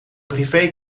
privé